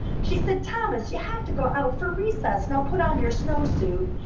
she said, thomas, you have to go out for recess! now put on your snowsuit.